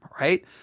right